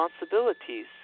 responsibilities